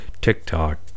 TikTok